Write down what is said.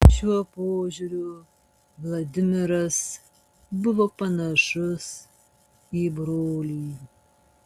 šiuo požiūriu vladimiras buvo panašus į brolį